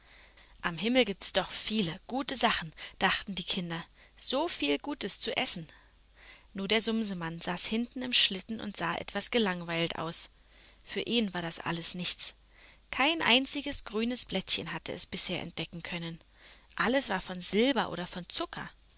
am himmel gibt's doch viele gute sachen dachten die kinder soviel gutes zu essen nur der sumsemann saß hinten im schlitten und sah etwas gelangweilt aus für ihn war das alles nichts kein einziges grünes blättchen hatte er bisher entdecken können alles war von silber oder von zucker